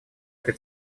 этой